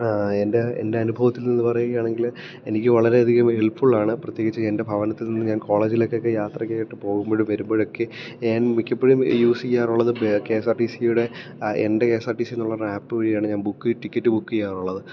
എൻ്റെ എൻ്റെ അനുഭവത്തിൽനിന്ന് പറയുകയാണെങ്കിൽ എനിക്ക് വളരെയധികം ഹെൽപ്ഫുള്ള് ആണ് പ്രത്യേകിച്ച് എൻ്റെ ഭവനത്തിൽനിന്ന് ഞാൻ കോളേജിലേക്കൊക്കെ യാത്രക്കായിട്ട് പോകുമ്പോഴും വരുമ്പോഴും ഒക്കെ ഞാൻ മിക്കപ്പോഴും യൂസ് ചെയ്യാറുള്ളത് കെ എസ് ആർ ടി സിയുടെ എൻ്റെ K S R T C എന്നുള്ള ഒരു ആപ്പ് വഴിയാണ് ഞാൻ ബുക്ക് ടിക്കറ്റ് ബുക്ക് ചെയ്യാറുള്ളത്